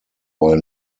while